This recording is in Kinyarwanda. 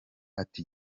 ati